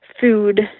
food